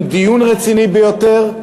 עם דיון רציני ביותר,